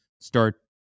start